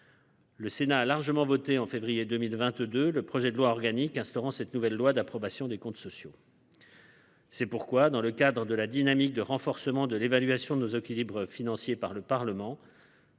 Le Sénat a largement voté, au mois de février 2022, le projet de loi organique instaurant cette nouvelle loi d’approbation des comptes sociaux. C’est pourquoi, dans le cadre de la dynamique de renforcement de l’évaluation de nos équilibres financiers par le Parlement,